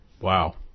Wow